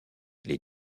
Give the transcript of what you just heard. les